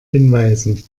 hinweisen